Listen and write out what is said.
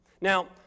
Now